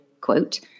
quote